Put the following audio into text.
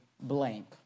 blank